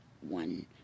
one